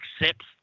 accepts